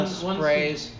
sprays